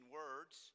words